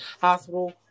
hospital